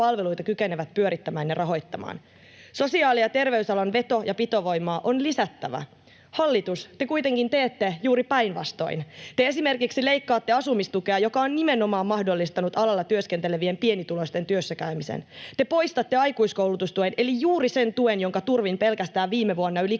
Sosiaali- ja terveysalan veto- ja pitovoimaa on lisättävä. Hallitus, te kuitenkin teette juuri päinvastoin: Te esimerkiksi leikkaatte asumistukea, joka on nimenomaan mahdollistanut alalla työskentelevien pienituloisten työssäkäymisen. Te poistatte aikuiskoulutustuen eli juuri sen tuen, jonka turvin pelkästään viime vuonna yli 6